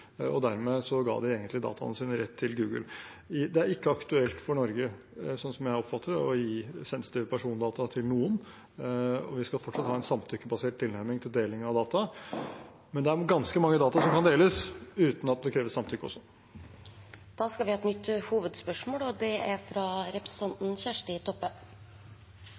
og dermed ga de egentlig dataene sine rett til Google. Det er ikke aktuelt for Norge, slik jeg oppfatter det, å gi sensitive persondata til noen. Vi skal fortsatt ha en samtykkebasert tilnærming til deling av data, men det er også ganske mange data som kan deles uten at det kreves samtykke. Vi går videre til neste hovedspørsmål. Mitt spørsmål går til helseministeren. Over heile landet vert det